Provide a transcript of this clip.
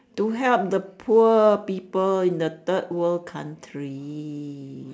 to help the poor people in the third world country